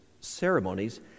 ceremonies